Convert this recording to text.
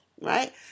Right